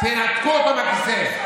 תנתקו אותו מהכיסא.